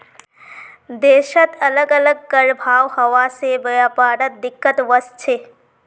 देशत अलग अलग कर भाव हवा से व्यापारत दिक्कत वस्छे